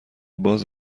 باز